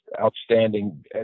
outstanding